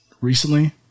recently